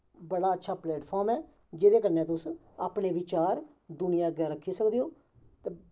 बड़ा अच्छा प्लेटफार्म ऐ जेह्दे कन्नै तुस अपने विचार दुनियां अग्गें रक्खी सकदे ओ ते